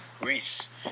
Greece